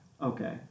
Okay